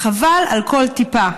חבל על כל טיפה.